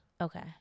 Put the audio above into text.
Okay